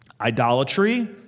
idolatry